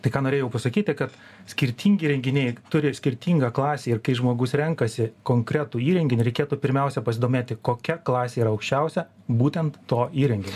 tai ką norėjau pasakyti kad skirtingi įrenginiai turi skirtingą klasę ir kai žmogus renkasi konkretų įrenginį reikėtų pirmiausia pasidomėti kokia klasė aukščiausia būtent to įrenginio